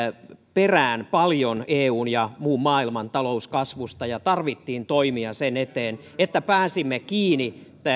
perään eun ja muun maailman talouskasvusta ja tarvittiin toimia sen eteen että pääsimme kuromaan kiinni